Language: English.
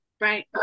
Right